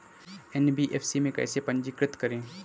NBFC में कैसे पंजीकृत करें?